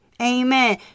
Amen